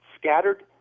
scattered